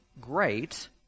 great